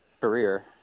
career